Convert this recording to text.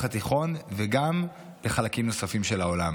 התיכון וגם בחלקים נוספים של העולם.